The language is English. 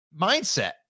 mindset